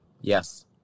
Yes